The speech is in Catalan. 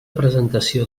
presentació